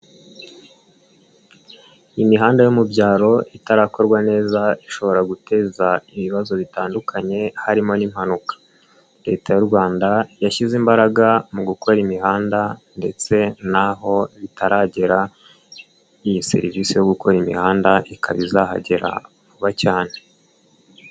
Imihanda yo mu byaro itarakorwa neza ,ishobora guteza ibibazo bitandukanye harimo n'impanuka. Leta y'u rwanda yashyize imbaraga mu gukora imihanda, ndetse n'aho bitaragera iyi serivisi yo gukora imihanda ikaba izahagera vuba cyane.